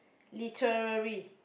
literary